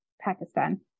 Pakistan